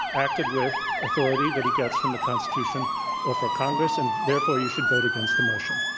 acting with authority that he gets from the constitution or from congress, and therefore you should vote against the motion.